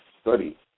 study